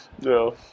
no